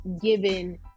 given